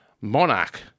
monarch